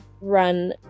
run